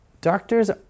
doctors